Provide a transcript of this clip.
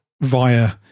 via